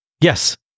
Yes